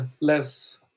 less